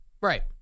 Right